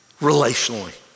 relationally